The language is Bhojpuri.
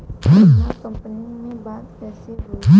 बीमा कंपनी में बात कइसे होई?